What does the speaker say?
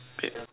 wait